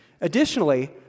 Additionally